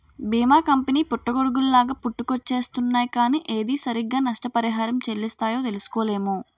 బీమా కంపెనీ పుట్టగొడుగుల్లాగా పుట్టుకొచ్చేస్తున్నాయ్ కానీ ఏది సరిగ్గా నష్టపరిహారం చెల్లిస్తాయో తెలుసుకోలేము